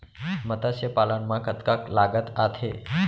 मतस्य पालन मा कतका लागत आथे?